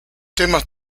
temas